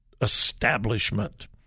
establishment